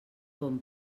bon